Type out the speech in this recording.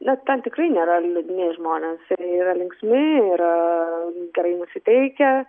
nes ten tikrai nėra liūdni žmonės jie yra linksmi yra gerai nusiteikę